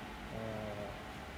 err